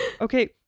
okay